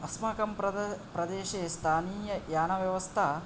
अस्माकं प्रद प्रदेशे स्थानीययानव्यवस्था